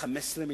15 מיליון.